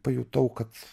pajutau kad